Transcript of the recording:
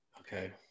Okay